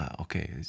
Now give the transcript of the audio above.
okay